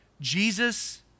Jesus